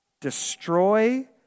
Destroy